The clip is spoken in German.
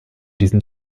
diesem